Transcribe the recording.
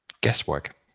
guesswork